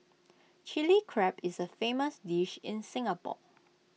Chilli Crab is A famous dish in Singapore